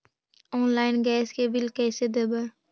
Online gas के bill कैसे देबै?